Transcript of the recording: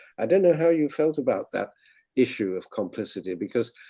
i don't know how you felt about that issue of complicity because,